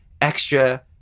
extra